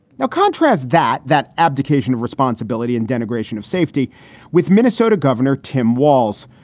now, contrast that that abdication of responsibility and denigration of safety with minnesota governor tim walz,